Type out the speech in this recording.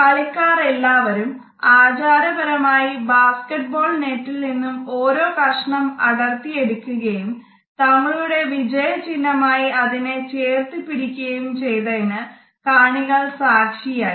കളിക്കാർ എല്ലാവരും ആചാരപരമായി ബാസ്ക്കറ്റ്ബോൾ നെറ്റിൽ നിന്നും ഓരോ കഷ്ണം അടർത്തി എടുക്കുകയും തങ്ങളുടെ വിജയ ചിഹ്നമായി അതിനെ ചേർത്ത് പിടിക്കുകയും ചെയ്തതിന് കാണികൾ സാക്ഷിയായി